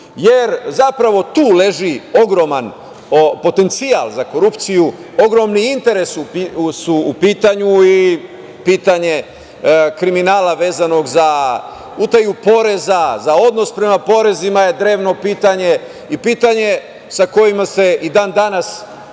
jer zapravo tu leži ogroman potencijal za korupciju, ogromni interes su u pitanju i pitanje kriminala vezanog za utaju poreza, za odnos prema porezima je drevno pitanje i pitanje je sa kojima se i dan danas ozbiljno